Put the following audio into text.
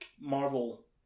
Marvel